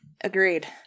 Agreed